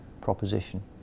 proposition